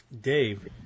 Dave